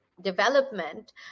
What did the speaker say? development